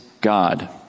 God